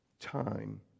time